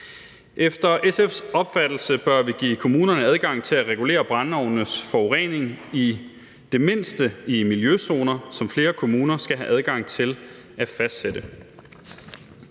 Efter SF's opfattelse bør vi give kommunerne adgang til at regulere brændeovnes forurening i det mindste i miljøzoner, som flere kommuner skal have adgang til at fastsætte.